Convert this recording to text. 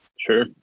Sure